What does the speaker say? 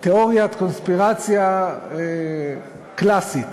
תיאוריית קונספירציה קלאסית.